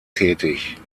tätig